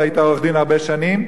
אתה היית עורך-דין הרבה שנים.